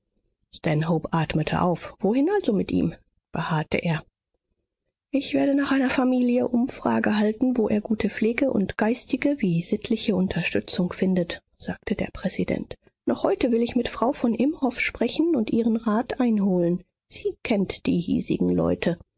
stanhope atmete auf wohin also mit ihm beharrte er ich werde nach einer familie umfrage halten wo er gute pflege und geistige wie sittliche unterstützung findet sagte der präsident noch heute will ich mit frau von imhoff sprechen und ihren rat einholen sie kennt die hiesigen leute